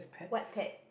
what pet